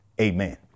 Amen